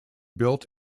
built